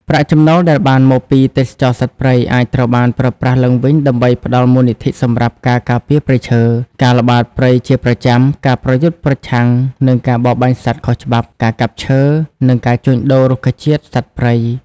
ប្រាក់ចំណូលដែលបានមកពីទេសចរណ៍សត្វព្រៃ អាចត្រូវបានប្រើប្រាស់ឡើងវិញដើម្បីផ្តល់មូលនិធិសម្រាប់ការការពារព្រៃឈើ ការល្បាតព្រៃជាប្រចាំ ការប្រយុទ្ធប្រឆាំងនឹងការបរបាញ់សត្វខុសច្បាប់ ការកាប់ឈើ និងការជួញដូររុក្ខជាតិ-សត្វព្រៃ។